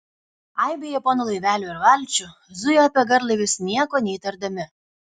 aibė japonų laivelių ir valčių zujo apie garlaivius nieko neįtardami